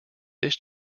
this